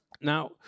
Now